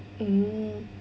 mm